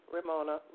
Ramona